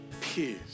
Peace